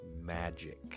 Magic